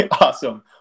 Awesome